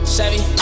Chevy